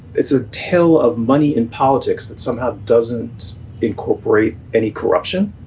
it's a tale of money and politics that somehow doesn't incorporate any corruption.